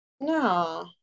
No